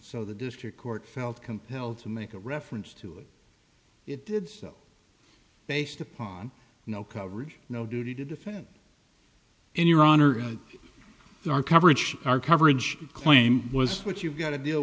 so the district court felt compelled to make a reference to it it did so based upon no coverage no duty to defend in your honor and our coverage our coverage you claimed was what you've got to deal